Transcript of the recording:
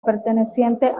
perteneciente